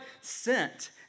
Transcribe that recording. sent